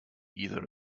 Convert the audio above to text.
either